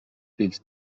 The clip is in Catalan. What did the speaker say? fills